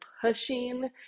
pushing